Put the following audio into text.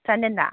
ꯆꯥꯟꯗꯦꯜꯗ